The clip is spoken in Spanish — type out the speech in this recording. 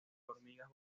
hormigas